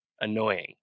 Annoying